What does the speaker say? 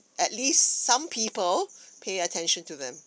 at least some people pay attention to them